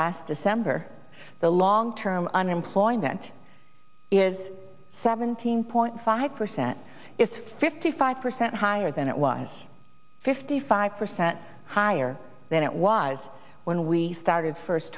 last december the long term unemployment is seventeen point five percent is fifty five percent higher than it was fifty five percent higher than it was when we started first